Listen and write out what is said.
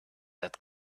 that